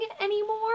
anymore